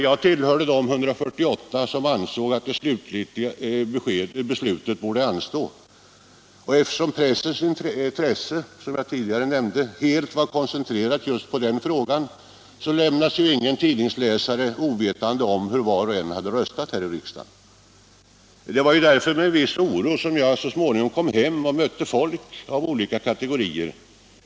Jag tillhörde de 148 ledamöter som ansåg att det definitiva beslutet borde anstå, och eftersom pressens intresse, som jag tidigare nämnde, helt var koncentrerat just på den frågan lämnades ingen tidningsläsare ovetande om hur var och en hade röstat här i riksdagen. Det var därför med en viss oro som jag så småningom kom hem och mötte folk av olika kategorier.